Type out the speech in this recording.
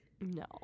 no